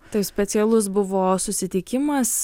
tai specialus buvo susitikimas